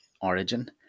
origin